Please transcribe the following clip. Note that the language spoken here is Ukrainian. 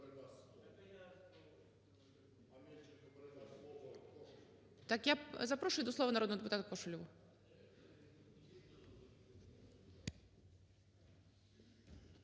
Дякую. Я запрошую до слова народного депутатаКошелєву.